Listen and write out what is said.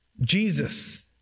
Jesus